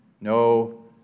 no